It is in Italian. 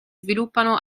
sviluppano